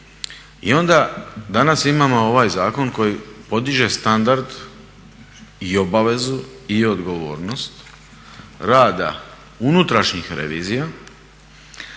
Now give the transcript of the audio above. I onda danas imamo ovaj zakon koji podiže standard i obavezu i odgovornost rada unutrašnjih revizija